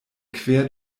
quer